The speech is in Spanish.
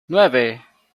nueve